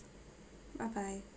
bye bye